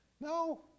No